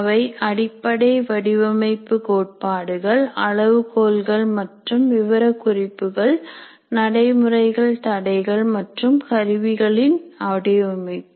அவை அடிப்படை வடிவமைப்பு கோட்பாடுகள் அளவுகோல்கள் மற்றும் விவரக்குறிப்புகள் நடை முறைகள் தடைகள் மற்றும் கருவிகள் வடிவமைப்பு